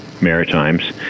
maritimes